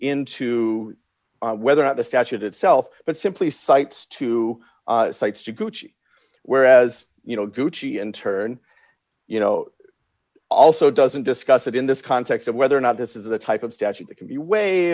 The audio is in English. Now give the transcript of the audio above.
into whether or not the statute itself but simply cites to sites to gucci whereas you know gucci and turn you know also doesn't discuss it in this context of whether or not this is the type of statute that can be wa